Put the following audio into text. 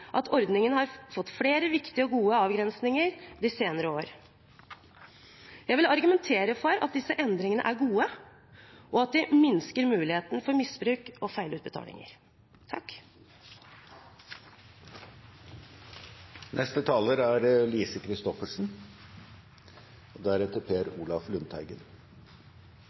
at ordningen har fått flere viktige og gode avgrensninger de senere år. Jeg vil argumentere for at disse endringene er gode, og at de minsker muligheten for misbruk og feilutbetalinger.